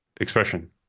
expression